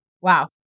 wow